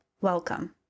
welcome